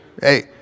Hey